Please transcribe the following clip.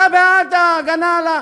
אתה בעד ההגנה על,